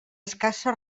escassa